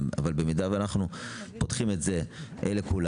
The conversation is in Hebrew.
אבל במידה ואנחנו פותחים את זה לכולם,